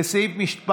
לסעיף מס'